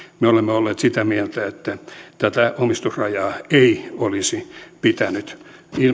me olemme olleet sitä mieltä että tätä omistusrajaa ei olisi pitänyt